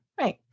Right